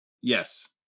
Yes